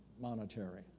monetary